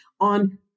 on